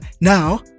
Now